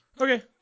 okay